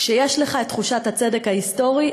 כשיש לך תחושת הצדק ההיסטורי,